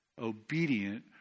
obedient